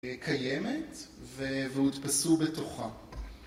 קיימת והודפסו בתוכה